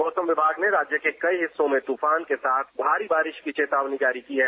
मौसम विभाग ने राज्य के कई हिस्सों में तूफान के साथ भारी बारिश की चेतावनी जारी की है